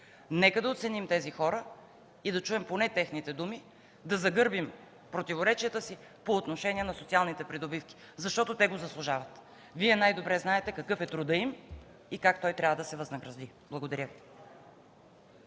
Нека да оценим тези хора и да чуем поне техните думи, да загърбим противоречията си по отношение на социалните придобивки, защото те го заслужават. Вие най-добре знаете какъв е трудът им и как той трябва да се възнагради. Благодаря.